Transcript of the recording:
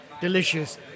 delicious